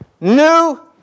New